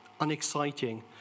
unexciting